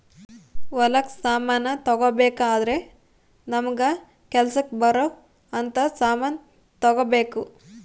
ಹೊಲಕ್ ಸಮಾನ ತಗೊಬೆಕಾದ್ರೆ ನಮಗ ಕೆಲಸಕ್ ಬರೊವ್ ಅಂತ ಸಮಾನ್ ತೆಗೊಬೆಕು